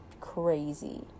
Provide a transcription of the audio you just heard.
crazy